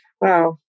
wow